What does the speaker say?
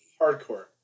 Hardcore